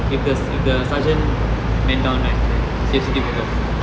if the if the sergeant man down right C_F_C take over